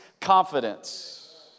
confidence